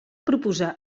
proposar